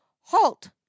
halt